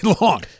long